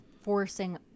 forcing